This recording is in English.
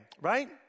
right